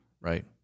Right